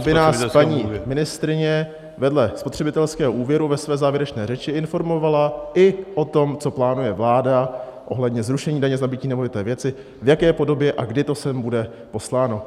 Aby nás paní ministryně vedle spotřebitelského úvěru ve své závěrečné řeči informovala i o tom, co plánuje vláda ohledně zrušení daně z nabytí nemovité věci, v jaké podobě a kdy to sem bude posláno.